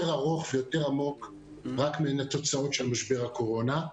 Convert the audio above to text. ארוך ויותר עומק רק מן התוצאות של משבר הקורונה.